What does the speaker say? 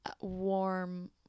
warm